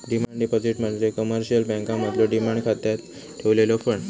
demand deposit म्हणजे commercial बँकांमधलो demand खात्यात ठेवलेलो फंड